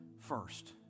first